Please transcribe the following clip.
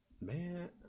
Man